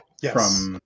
Yes